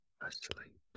asleep